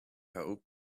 hope